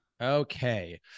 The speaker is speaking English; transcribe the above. Okay